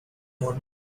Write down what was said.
morning